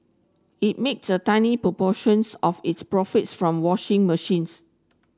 it makes a tiny proportions of its profits from washing machines